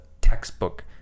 textbook